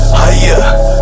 higher